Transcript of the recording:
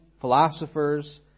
philosophers